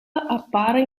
appare